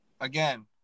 Again